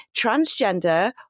transgender